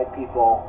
people